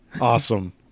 Awesome